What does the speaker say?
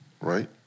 right